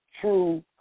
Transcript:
true